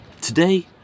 Today